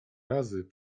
razy